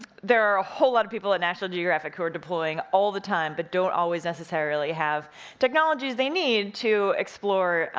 there are a whole lot of people at national geographic who are deploying all the time, but don't always necessarily have technologies they need to explore